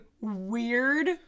weird